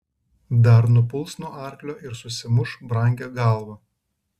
dar nupuls nuo arklio ir susimuš brangią galvą